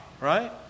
right